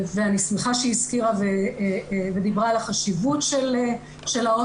ואני שמחה שהיא הזכירה ודיברה על החשיבות של ההוסטל,